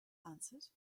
answered